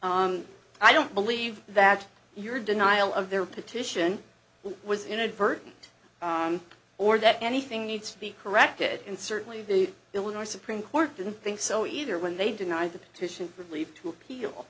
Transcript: situation i don't believe that your denial of their petition was inadvertent or that anything needs to be corrected and certainly the illinois supreme court didn't think so either when they denied the petition relief to appeal